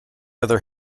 other